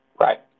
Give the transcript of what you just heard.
Right